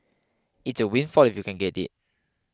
it's a windfall if you can get it